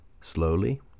Slowly